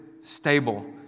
stable